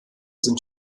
sind